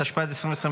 התשפ"ד 2024,